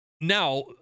now